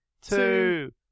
Two